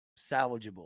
salvageable